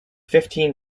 fifteen